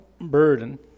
burden